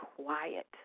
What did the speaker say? quiet